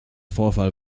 vorfall